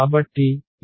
కాబట్టి ఇది మన z x y